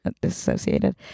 Disassociated